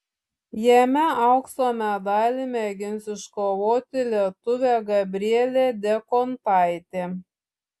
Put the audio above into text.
jame aukso medalį mėgins iškovoti lietuvė gabrielė diekontaitė